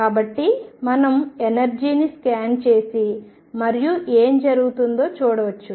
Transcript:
కాబట్టి మనం ఎనర్జీని స్కాన్ చేసి మరియు ఏమి జరుగుతుందో చూడవచ్చు